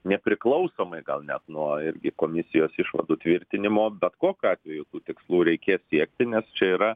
nepriklausomai gal net nuo irgi komisijos išvadų tvirtinimo bet kokiu atveju tų tikslų reikės siekti nes čia yra